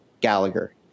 Gallagher